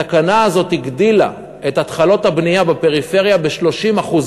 התקנה הזאת הגדילה את התחלות הבנייה בפריפריה ב-30%.